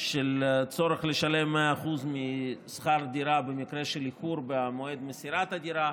של הצורך לשלם 100% של שכר דירה במקרה של איחור במועד מסירת הדירה,